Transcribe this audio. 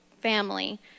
family